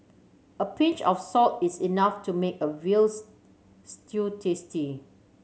a pinch of salt is enough to make a stew tasty